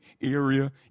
area